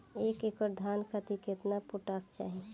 एक एकड़ धान खातिर केतना पोटाश चाही?